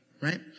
right